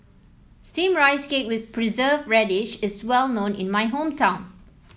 steamed Rice Cake with preserve radish is well known in my hometown